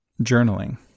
journaling